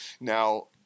Now